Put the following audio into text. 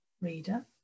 reader